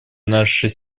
нашей